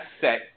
set